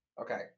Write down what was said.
Okay